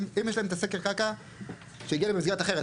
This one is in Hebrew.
אם יש להם את סגר הקרקע שהגיע ממסגרת אחרת?